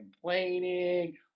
complaining